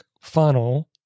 funnel